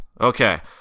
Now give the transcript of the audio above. okay